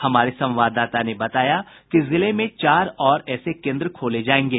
हमारे संवाददाता ने बताया है कि जिले में चार और ऐसे केन्द्र खोले जायेंगे